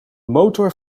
motor